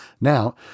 Now